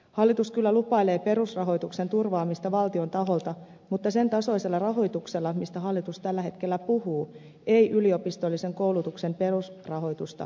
hallitus kyllä lupailee perusrahoituksen turvaamista valtion taholta mutta sen tasoisella rahoituksella mistä hallitus tällä hetkellä puhuu ei yliopistollisen koulutuksen perusrahoitusta turvata